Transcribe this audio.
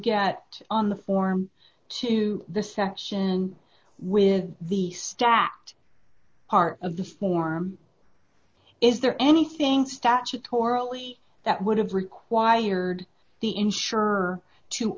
get on the form to the section with the stacked part of the form is there anything statutorily that would have required the insurer to